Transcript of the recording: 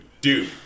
dude